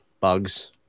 bugs